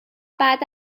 بعد